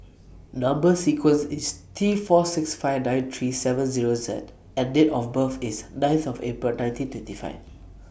Number sequence IS T four six five nine three seven Zero Z and Date of birth IS ninth of April nineteen twenty five